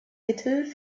mittel